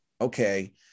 okay